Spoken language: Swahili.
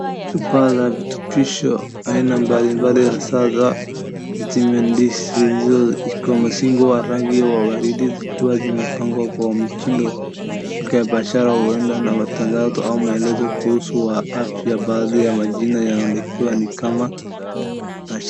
Chupa za virutubishi aina mbalimbali hasa za Vitamin D3 zilizowekwa juu ya msingi wa rangi ya waridi zikiwa zimepangwa kwa mtindo wa kibiashara, huenda na matangazo au maelezo kuhusu afya. Baadhi ya majina yanayoonekana ni kama